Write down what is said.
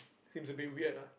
seems a bit weird